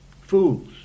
Fools